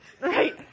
Right